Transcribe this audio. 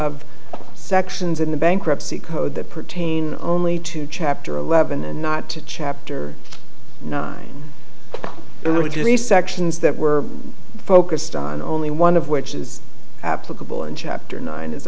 of sections in the bankruptcy code that pertain only to chapter eleven and not to chapter nine really three sections that were focused on only one of which is applicable in chapter nine as